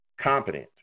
competent